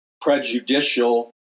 prejudicial